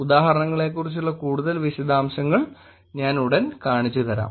ഉദാഹരണങ്ങളെക്കുറിച്ചുള്ള കൂടുതൽ വിശദാംശങ്ങൾ ഞാൻ ഉടൻ കാണിച്ചുതരാം